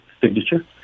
signature